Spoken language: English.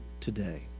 today